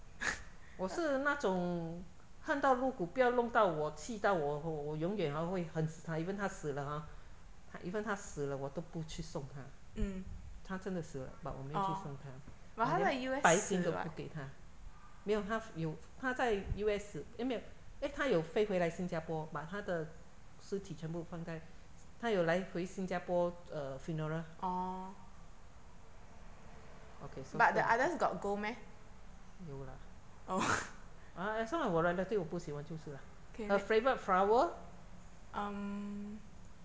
我是那种恨到入骨不要弄到我气到我我永远 hor 会恨死她 even 她死了 hor 她 even 她死了我都不去送她她真的死了 but 我没有去送她我连拜见都不给她没有她有她在 U_S 死 eh 没有 eh 她有飞回来新加坡 but 她的尸体全都放在她有来回新加坡 po err funeral okay so 这个有啦啊 as long as 我 relative 我就不喜欢就是啦 her favourite flower